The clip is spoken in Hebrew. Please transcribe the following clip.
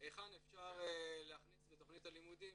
היכן אפשר להכניס בתוכנית הלימודים